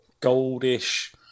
goldish